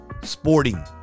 sporting